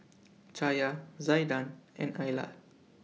Chaya Zaiden and Ayla